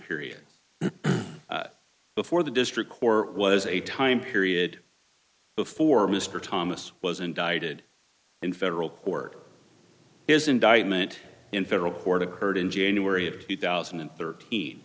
period before the district corps was a time period before mr thomas was indicted in federal court his indictment in federal court occurred in january of two thousand and thirteen